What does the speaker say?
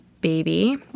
baby